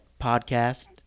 podcast